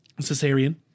cesarean